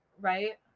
Right